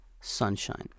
sunshine